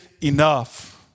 enough